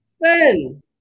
Ben